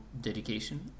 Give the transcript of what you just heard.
dedication